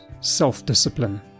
self-discipline